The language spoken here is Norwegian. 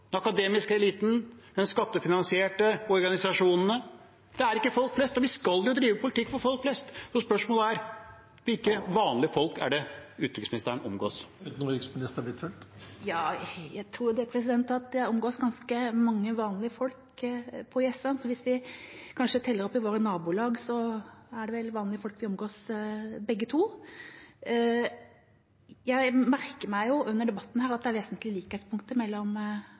den akademiske eliten, den skattefinansierte, organisasjonene – det er ikke folk flest, og vi skal jo drive politikk for folk flest. Så spørsmålet er: Hvilke vanlige folk er det utenriksministeren omgås? Jeg tror jeg omgås ganske mange vanlige folk på Jessheim. Hvis vi kanskje teller opp i våre nabolag, er det vel vanlige folk vi omgås begge to. Jeg merker meg jo under debatten her at det er vesentlige likhetspunkter mellom